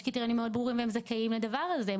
קריטריונים מאוד ברורים והם זכאים לדבר הזה.